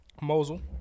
Mosul